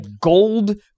gold